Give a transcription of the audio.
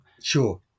Sure